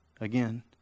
Again